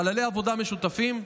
חללי עבודה משותפים,